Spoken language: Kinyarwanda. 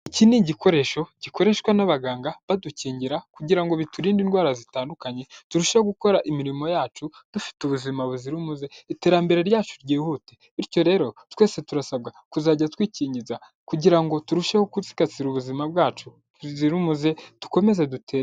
Iki ni igikoresho gikoreshwa n'abaganga badukingira, kugira ngo biturinde indwara zitandukanye, turusheho gukora imirimo yacu dufite ubuzima buzira umuze, iterambere ryacu ryihute, bityo rero twese turasabwa kuzajya twikingiza, kugira ngo turusheho gusigasira ubuzima bwacu, buzire umuze, dukomeze dutere...